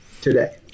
today